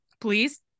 please